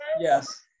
yes